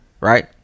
Right